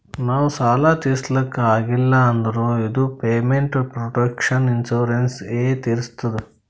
ನಾವ್ ಸಾಲ ತಿರುಸ್ಲಕ್ ಆಗಿಲ್ಲ ಅಂದುರ್ ಇದು ಪೇಮೆಂಟ್ ಪ್ರೊಟೆಕ್ಷನ್ ಇನ್ಸೂರೆನ್ಸ್ ಎ ತಿರುಸ್ತುದ್